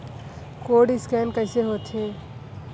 Code scan कइसे होथे?